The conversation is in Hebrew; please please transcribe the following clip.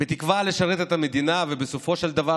בתקווה לשרת את המדינה ובסופו של דבר